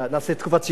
נעשה תקופת צינון.